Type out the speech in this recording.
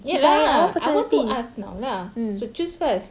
ya lah I want to ask now lah so choose first